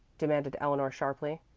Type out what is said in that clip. demanded eleanor sharply.